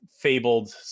fabled